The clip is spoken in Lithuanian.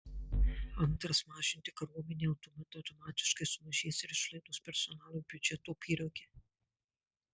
antras mažinti kariuomenę o tuomet automatiškai sumažės ir išlaidos personalui biudžeto pyrage